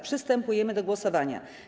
Przystępujemy do głosowania.